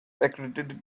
accredited